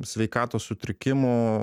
sveikatos sutrikimų